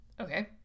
Okay